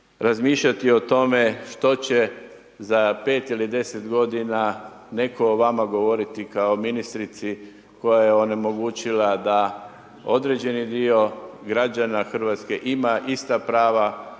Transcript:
razmišljati o tome što će za 5 ili 10 godina netko o vama govoriti kao ministrici koja je onemogućila da određeni dio građana Hrvatske ima ista prava